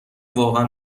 واقعا